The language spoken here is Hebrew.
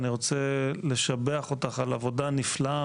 אני רוצה לשבח אותך על עבודה נפלאה,